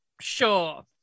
Sure